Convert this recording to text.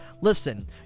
Listen